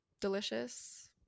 Delicious